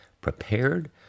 prepared